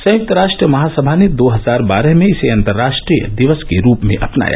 संयुक्त राष्ट्र महासभा ने दो हजार बारह में इसे अंतर्राष्ट्रीय दिवस के रूप में अपनाया